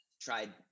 tried